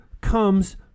comes